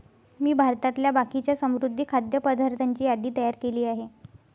मी भारतातल्या बाकीच्या समुद्री खाद्य पदार्थांची यादी तयार केली आहे